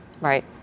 Right